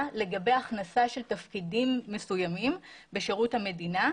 לגבי הכנסה של תפקידים מסוימים בשירות המדינה.